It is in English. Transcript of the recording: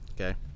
okay